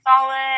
solid